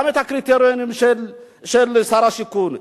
גם את הקריטריונים של שר השיכון,